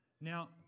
Now